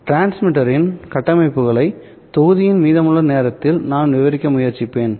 டிரான்ஸ்மிட்டரின் கட்டமைப்புகளை தொகுதியின் மீதமுள்ள நேரத்தில் நான் விவரிக்க முயற்சிப்பேன்